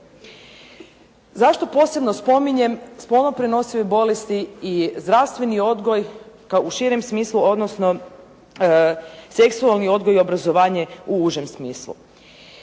Zašto posebno spominjem spolno prenosive bolesti i zdravstveni odgoj kao u širem smislu, odnosno seksualni odgoj i obrazovanje u užem smislu.